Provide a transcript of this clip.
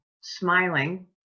smiling